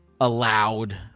allowed